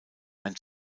ein